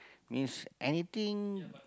means anything